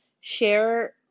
share